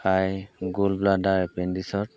খাই গোলব্লাডাৰ এপেণ্ডিছত